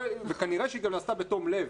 וכנראה שהיא גם נעשתה בתום-לב.